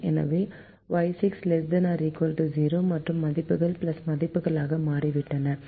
எனவே Y6 ≤ 0 மற்றும் மதிப்புகள் மதிப்புகளாக மாறிவிட்டன